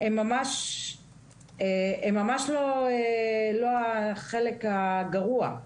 הם ממש לא החלק הגרוע.